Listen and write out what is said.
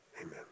Amen